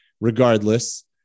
regardless